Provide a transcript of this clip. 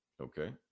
okay